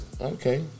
okay